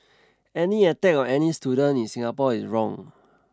any attack on any student in Singapore is wrong